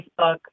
Facebook